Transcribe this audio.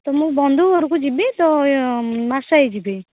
ତ ମୁଁ ବନ୍ଧୁ ଘରକୁ ଯିବି ତ ମାସେ ଯିବି